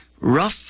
rough